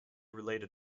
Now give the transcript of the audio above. related